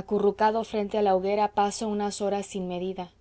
acurrucado frente a la hoguera paso unas horas sin medida